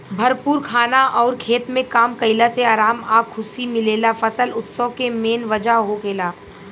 भरपूर खाना अउर खेत में काम कईला से आराम आ खुशी मिलेला फसल उत्सव के मेन वजह होखेला